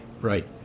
right